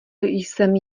jsem